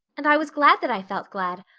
and i was glad that i felt glad,